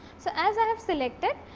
so, as i have selected.